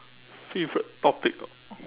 favourite topic ah